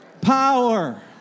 Power